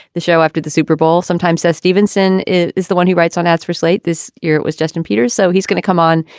the show after the super bowl sometimes says stevenson is the one he writes on. that's for slate. this year it was justin peters. so he's going to come on.